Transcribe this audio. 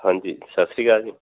ਹਾਂਜੀ ਸਤਿ ਸ਼੍ਰੀ ਅਕਾਲ ਜੀ